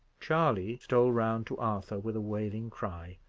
charley stole round to arthur with a wailing cry,